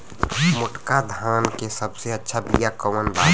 मोटका धान के सबसे अच्छा बिया कवन बा?